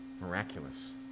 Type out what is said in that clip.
miraculous